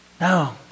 No